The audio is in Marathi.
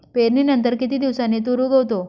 पेरणीनंतर किती दिवसांनी तूर उगवतो?